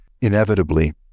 inevitably